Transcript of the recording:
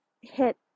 hit